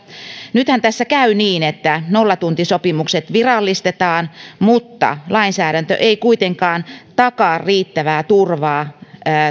nythän tässä käy niin että nollatuntisopimukset virallistetaan mutta lainsäädäntö ei kuitenkaan takaa riittävää turvaa